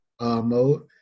mode